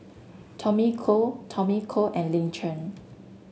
Tommy Koh Tommy Koh and Lin Chen